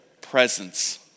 presence